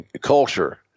culture